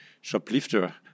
Shoplifter